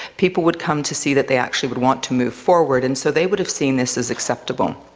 people would come to see that they actually would want to move forward, and so they would have seen this as acceptable.